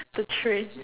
the train